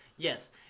Yes